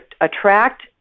attract